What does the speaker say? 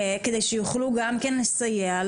כדי שיוכלו גם כן לסייע,